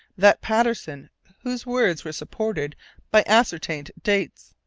that patterson whose words were supported by ascertained dates?